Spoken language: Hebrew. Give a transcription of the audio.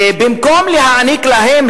ובמקום להעניק להם,